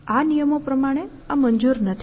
આ રમતના નિયમો પ્રમાણે આ મંજૂર નથી